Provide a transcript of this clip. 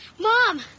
Mom